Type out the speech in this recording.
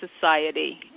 Society